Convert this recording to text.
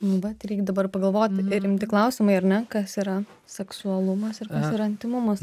nu vat reik dabar pagalvot ir rimti klausimai ar ne kas yra seksualumas ir kas yra intymumas